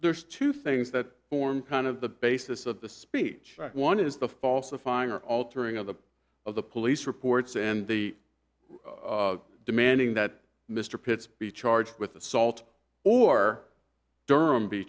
there's two things that form kind of the basis of the speech one is the falsifying or altering of the of the police reports and the demanding that mr pitts be charged with assault or durham be